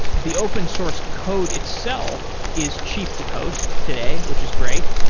the open source code itself is cheap to host today, which his great,